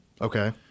Okay